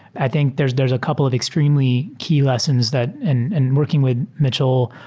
i think there's there's a couple of extremely key lessons that and and working with mitchell,